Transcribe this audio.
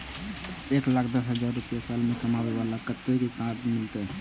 एक लाख दस हजार रुपया साल में कमाबै बाला के कतेक के कार्ड मिलत?